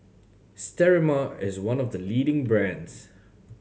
Sterimar is one of the leading brands